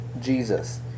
Jesus